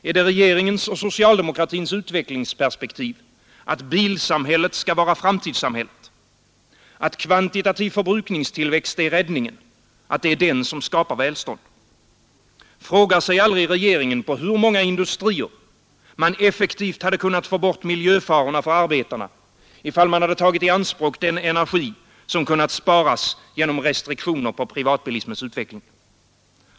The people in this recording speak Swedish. Är det regeringens och socialdemokratins utvecklingsperspektiv att bilsamhället skall vara framtidssamhället, att kvantitativ förbrukningstillväxt är räddningen, att det är den som skapar välstånd? Frågar sig aldrig regeringen på hur många industrier man effektivt hade kunnat få bort miljöfarorna för arbetarna, i fall man hade tagit i anspråk den energi som kunnat sparas genom restriktioner för privatbilismens utveckling?